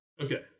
Okay